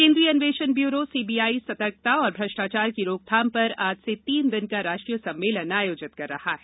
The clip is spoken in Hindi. केन्द्रीय अन्वेषण ब्यूरो सीबीआई सतर्कता और भ्रष्टाचार की रोकथाम पर आज से तीन दिन का राष्ट्रीय सम्मेलन आयोजित कर रहा है